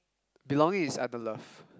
belonging is under love